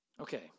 Okay